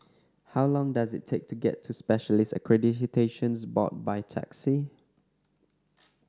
how long does it take to get to Specialists Accreditation Board by taxi